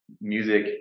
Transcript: music